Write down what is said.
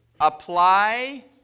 Apply